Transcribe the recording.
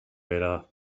edad